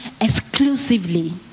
exclusively